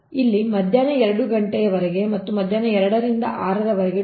ಇಲ್ಲಿ ಮಧ್ಯಾಹ್ನ 2 ಗಂಟೆಯವರೆಗೆ ಮತ್ತೆ ಮಧ್ಯಾಹ್ನ 2 ರಿಂದ 6 ರವರೆಗೆ 2